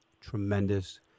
tremendous